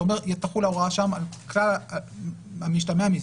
אתה אומר: תחול ההוראה שם על כלל המשתמע מזה.